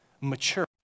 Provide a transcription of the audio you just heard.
mature